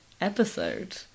episode